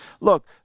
look